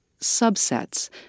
subsets